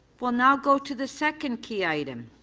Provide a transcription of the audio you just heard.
we'll now go to the second key item.